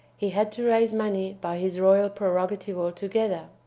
he had to raise money by his royal prerogative altogether,